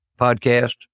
podcast